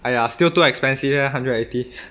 !aiya! still too expensive leh one hundred eighty